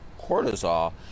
cortisol